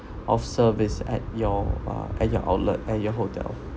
of service at your uh at your outlet at your hotel